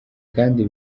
kandi